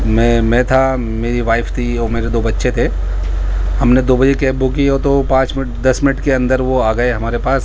میں میں تھا میری وائف تھی اور میرے دو بچے تھے ہم نے دو بجے کیب بک کیا تو وہ پانچ منٹ دس منٹ کے اندر وہ آ گئے ہمارے پاس